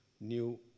new